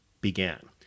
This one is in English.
began